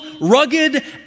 rugged